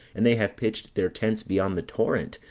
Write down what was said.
and they have pitched their tents beyond the torrent,